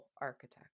architect